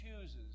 chooses